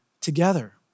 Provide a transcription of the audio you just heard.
together